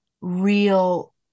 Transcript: real